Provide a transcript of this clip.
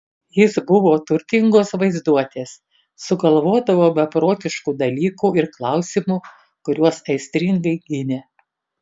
jis buvo turtingos vaizduotės sugalvodavo beprotiškų dalykų ir klausimų kuriuos aistringai gynė